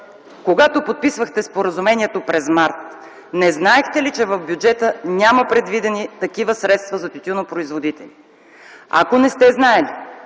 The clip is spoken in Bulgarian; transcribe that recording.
Когато подписвахте споразумението през м. март, не знаехте ли, че в бюджета няма предвидени такива средства за тютюнопроизводители? Ако не сте знаели,